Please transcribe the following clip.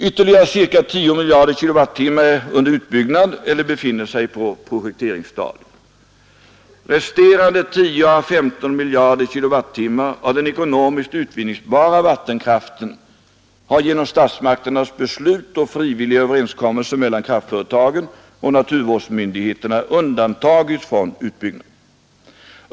Ytterligare ca 10 miljarder kilowattimmar är under utbyggnad eller befinner sig på projekteringsstadiet. Resterande 10 å 15 miljarder kilowattimmar av den ekonomiskt utvinningsbara vattenkraften har genom statsmakternas beslut och frivilliga överenskommelser mellan kraftföretagen och naturvårdsmyndigheterna undantagits från utbyggnad.